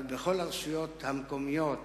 אבל בכל הרשויות המקומיות